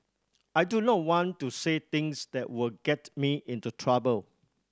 I do not want to say things that will get me into trouble